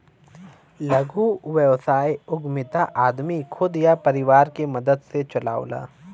लघु व्यवसाय उद्यमिता आदमी खुद या परिवार के मदद से चलावला